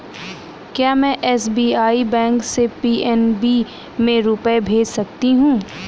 क्या में एस.बी.आई बैंक से पी.एन.बी में रुपये भेज सकती हूँ?